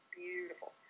beautiful